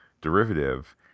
derivative